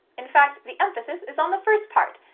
in fact, the emphasis is on the first part,